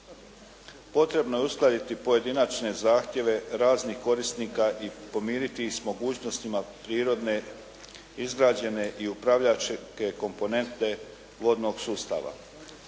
Potrebno je uskladiti pojedinačne zahtjeve raznih korisnika i pomiriti ih s mogućnostima prirodne izgrađene i upravljačke komponente vodnog sustava.